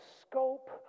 scope